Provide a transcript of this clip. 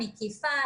מקיפה,